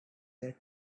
that